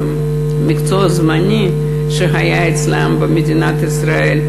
מקצוע זמני שהיה להם במדינת ישראל,